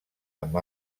amb